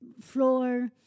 floor